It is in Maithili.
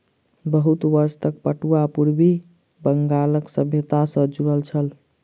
बहुत वर्ष तक पटुआ पूर्वी बंगालक सभ्यता सॅ जुड़ल छल